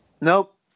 Nope